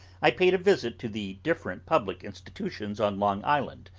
i paid a visit to the different public institutions on long island,